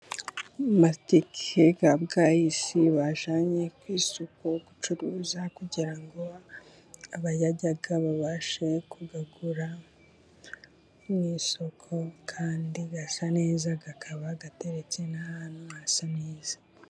Amateke ya Bwayisi bajyanye ku isoko gucuruza, kugira ngo abayarya babashe kuyagura mu isoko, kandi asa neza akaba ateretse n'ahantu hasa neza.